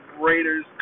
Raiders